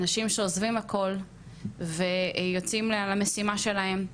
אנשים שעוזבים הכול ויוצאים למשימה שלהם,